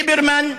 ליברמן,